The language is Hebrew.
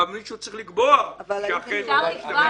מישהו צריך לקבוע שאכן הייתה התרשלות.